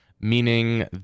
meaning